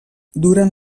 durant